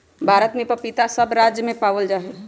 भारत में पपीता सब राज्य में पावल जा हई